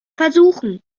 versuchen